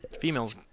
Females